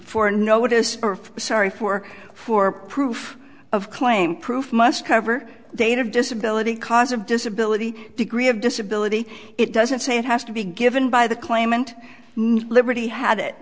for notice sorry for four proof of claim proof must cover date of disability cause of disability degree of disability it doesn't say it has to be given by the claimant liberty had it